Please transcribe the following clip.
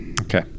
Okay